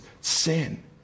sin